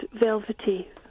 velvety